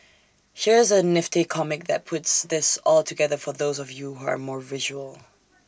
here's A nifty comic that puts this all together for those of you who are more visual